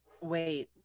Wait